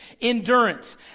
endurance